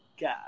god